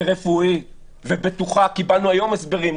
רפואית ובטוחה קיבלנו היום הסברים,